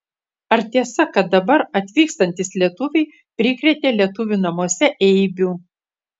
ar tiesa kad dabar atvykstantys lietuviai prikrėtė lietuvių namuose eibių